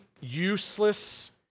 useless